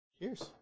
Cheers